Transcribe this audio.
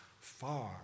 far